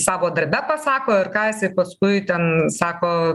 savo darbe pasako ir ką jisai paskui ten sako